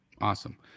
Awesome